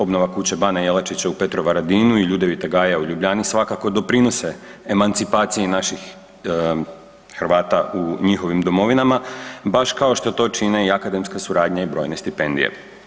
Obnova kuće bana Jelačića u Petrovaradinu i Ljudevita gaja u Ljubljani, svakako doprinose emancipaciji naših Hrvata u njihovim domovinama, baš kao što što čine i akademska suradnja i brojne stipendije.